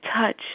touch